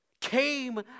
came